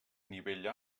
nivell